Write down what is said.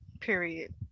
Period